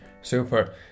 Super